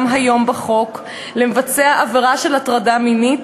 היום בחוק למבצע עבירה של הטרדה מינית,